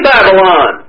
Babylon